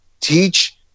teach